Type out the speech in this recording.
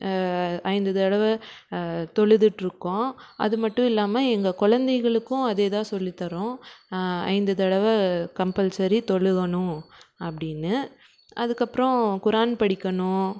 ஐந்து தடவை தொழுதுட்டுருக்கோம் அது மட்டும் இல்லாமல் எங்கள் குழந்தைகளுக்கும் அதே தான் சொல்லித்தர்றோம் ஐந்து தடவை கம்பல்சரி தொழுகணும் அப்படீன்னு அதுக்கப்பறம் குரான் படிக்கணும்